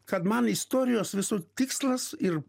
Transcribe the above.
kad man istorijos visų tikslas ir